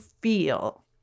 feel